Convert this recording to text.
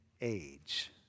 age